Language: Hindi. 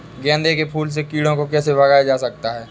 गेंदे के फूल से कीड़ों को कैसे भगाया जा सकता है?